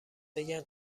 بگن